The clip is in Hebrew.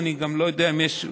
ואני גם לא יודע אם יש,